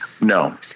no